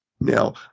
Now